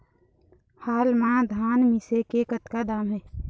हाल मा धान मिसे के कतका दाम हे?